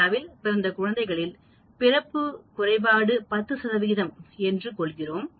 இந்தியாவில் பிறந்த குழந்தைகளின் பிறப்பு குறைபாடு 10 சதவிகிதம் என்று கொள்வோம்